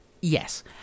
yes